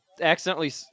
accidentally